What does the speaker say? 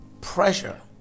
pressure